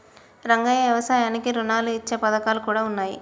రంగయ్య యవసాయానికి రుణాలు ఇచ్చే పథకాలు కూడా ఉన్నాయి